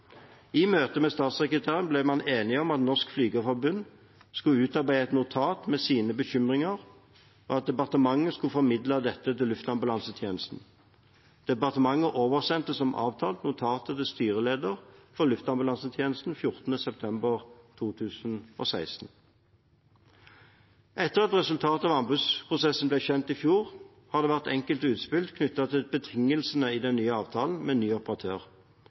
I møtet med statssekretæren ble man enig om at Norsk Flygerforbund skulle utarbeide et notat med sine bekymringer, og at departementet skulle formidle dette til Luftambulansetjenesten. Departementet oversendte som avtalt notatet til styrelederen for Luftambulansetjenesten den 14. september 2016. Etter at resultatet av anbudsprosessen ble kjent i fjor, har det vært enkelte utspill knyttet til betingelsene i den nye avtalen med ny operatør.